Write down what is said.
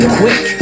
quick